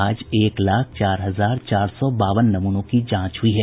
आज एक लाख चार हजार चार सौ बावन नमूनों की जांच हुई है